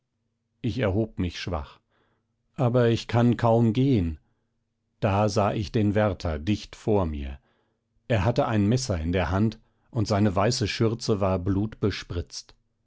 ich erhob mich schwach aber ich kann kaum gehen da sah ich den wärter dicht vor mir er hatte ein messer in der hand und seine weiße schürze war